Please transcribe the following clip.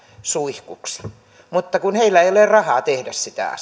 suihkuksi heillä ei ole rahaa tehdä sitä